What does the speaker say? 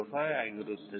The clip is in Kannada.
05 ಆಗಿರುತ್ತದೆ